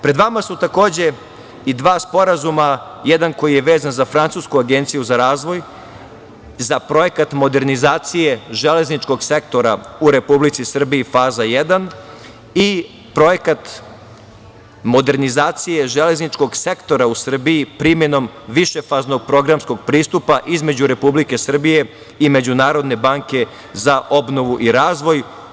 Pred vama su, takođe, i dva sporazuma, jedan koji je vezan za Francusku agenciju za razvoj za projekat modernizacije železničkog sektora u Republici Srbiji, faza 1, i Projekat modernizacije železničkog sektora u Srbiji primenom višefaznog programskog pristupa između Republike Srbije i Međunarodne banke za obnovu i razvoj.